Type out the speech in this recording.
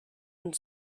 and